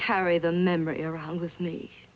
carry the memory around with me